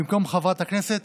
במקום חברת הכנסת